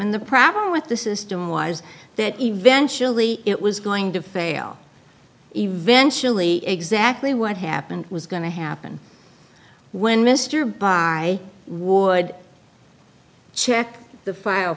and the problem with the system was that eventually it was going to fail eventually exactly what happened was going to happen when mr by would check the file